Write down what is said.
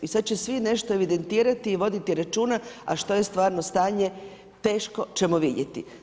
I sada će svi nešto evidentirati i voditi računa a što je stvarno stanje, teško ćemo vidjeti.